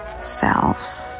selves